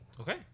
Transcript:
okay